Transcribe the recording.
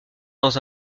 dans